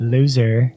Loser